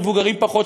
מבוגרים פחות,